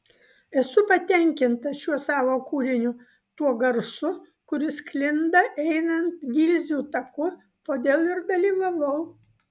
esu patenkinta šiuo savo kūriniu tuo garsu kuris sklinda einant gilzių taku todėl ir dalyvavau